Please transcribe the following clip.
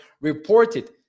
reported